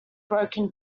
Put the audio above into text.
broken